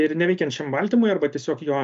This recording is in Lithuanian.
ir neveikiant šiam baltymui arba tiesiog jo